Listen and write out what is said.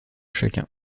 chacun